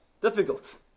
difficult